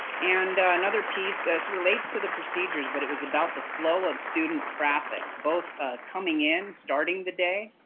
and another piece, this relates to the procedures, but it was about the flow of student traffic. both coming in, starting the day,